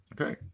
Okay